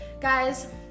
guys